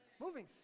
Moving